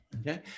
okay